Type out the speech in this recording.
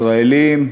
ישראלים,